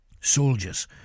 Soldiers